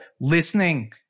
listening